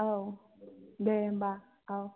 औ दे होमबा औ